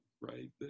right